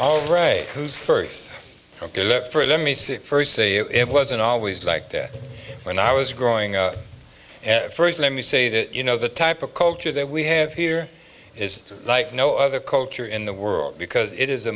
all right who's first let me say first say it wasn't always like that when i was growing up and first let me say that you know the type of culture that we have here is like no other culture in the world because it is a